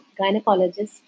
gynecologist